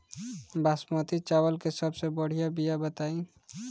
बासमती चावल के सबसे बढ़िया बिया बताई?